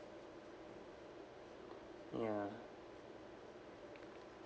ya